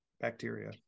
bacteria